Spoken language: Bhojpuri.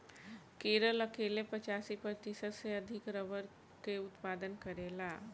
केरल अकेले पचासी प्रतिशत से अधिक रबड़ के उत्पादन करेला